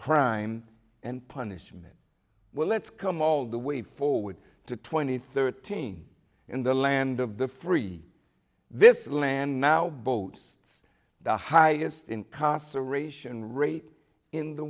crime and punishment well let's come all the way forward to twenty thirteen in the land of the free this land now boats the highest incarceration rate in the